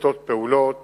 ננקטות פעולות